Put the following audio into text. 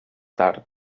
tard